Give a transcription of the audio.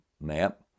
map